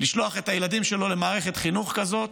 לשלוח את הילדים שלו למערכת חינוך כזאת,